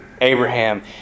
Abraham